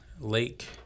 lake